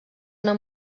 una